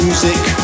Music